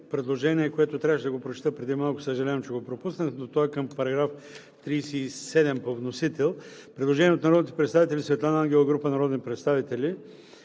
предложение, което трябваше да го прочета преди малко, съжалявам, че го пропуснах, но е към § 37 по вносител. Предложение от народния представител Светлана Ангелова и група народни представители.